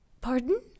Pardon